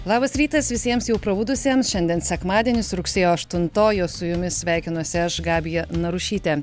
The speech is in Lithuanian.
labas rytas visiems jau prabudusiems šiandien sekmadienis rugsėjo aštuntoji o su jumis sveikinuosi aš gabija narušytė